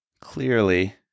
clearly